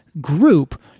group